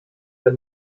der